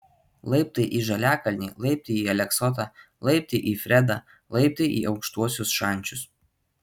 laiptai į žaliakalnį laiptai į aleksotą laiptai į fredą laiptai į aukštuosius šančius